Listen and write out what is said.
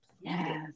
yes